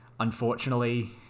Unfortunately